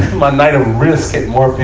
my night of risk had morphed